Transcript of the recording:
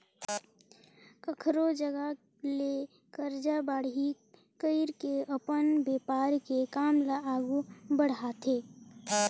कखरो जघा ले करजा बाड़ही कइर के अपन बेपार के काम ल आघु बड़हाथे